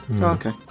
okay